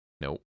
Nope